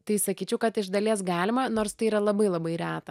tai sakyčiau kad iš dalies galima nors tai yra labai labai reta